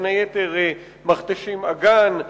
בין היתר "מכתשים אגן",